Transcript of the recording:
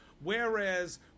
Whereas